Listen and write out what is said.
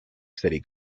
city